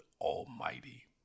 almighty